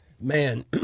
man